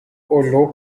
olhou